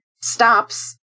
stops